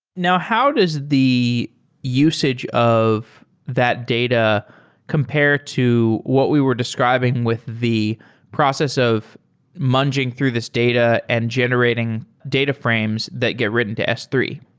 now, how does the usage of that data compare to what we were describing with the process of munging through this data and generating data frames that get written to s three?